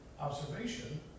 observation